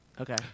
Okay